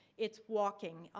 it's walking.